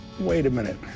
wait a minute.